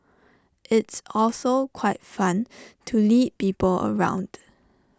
it's also quite fun to lead people around